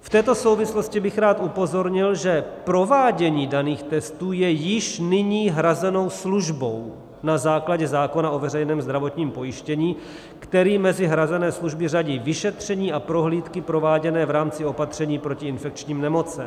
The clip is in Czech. V této souvislosti bych rád upozornil, že provádění daných testů je již nyní hrazenou službou na základě zákona o veřejném zdravotním pojištění, který mezi hrazené služby hradí vyšetření a prohlídky prováděné v rámci opatření proti infekčním nemocem.